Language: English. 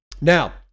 Now